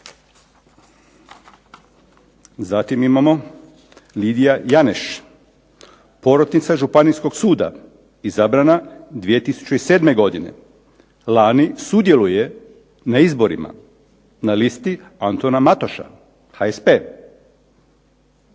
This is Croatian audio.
Zatim imamo Lidija Janeš, porotnica županijskog suda, izabrana 2007. godine. Lani sudjeluje na izborima, na listi Antuna Matoša, HSP.